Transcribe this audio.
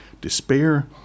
despair